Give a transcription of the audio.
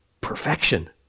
perfection